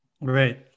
Right